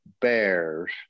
bears